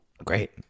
Great